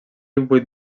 vuit